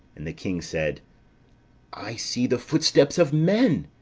and the king said i see the footsteps of men,